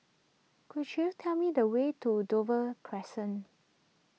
could you tell me the way to Dover Crescent